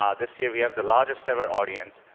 um this year we have the largest-ever audience.